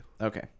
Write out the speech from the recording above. okay